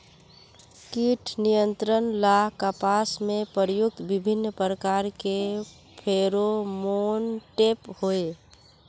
कीट नियंत्रण ला कपास में प्रयुक्त विभिन्न प्रकार के फेरोमोनटैप होई?